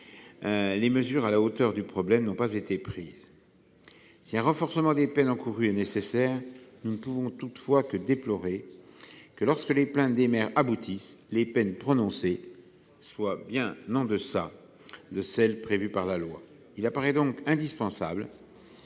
des mesures à la hauteur du problème n’ont pas été prises. Si un renforcement des peines encourues est nécessaire, nous ne pouvons toutefois que déplorer que, lorsque les plaintes des maires aboutissent, les peines prononcées soient bien en deçà de celles prévues par la loi. Il apparaît donc indispensable